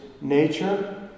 nature